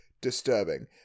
disturbing